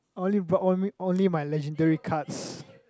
only brought one only my legendary cards